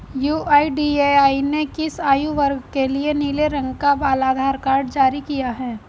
UIDAI ने किस आयु वर्ग के लिए नीले रंग का बाल आधार कार्ड जारी किया है?